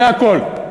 זה הכול.